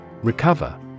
Recover